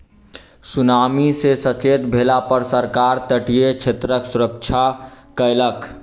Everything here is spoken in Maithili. सुनामी सॅ सचेत भेला पर सरकार तटीय क्षेत्रक सुरक्षा कयलक